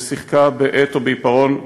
ושיחקה בעט או בעיפרון בידיה.